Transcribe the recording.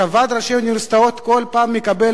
ועד ראשי האוניברסיטאות כל פעם מקבל